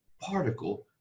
particle